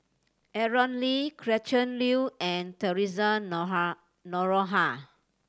Aaron Lee Gretchen Liu and Theresa Noronha